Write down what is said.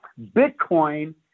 Bitcoin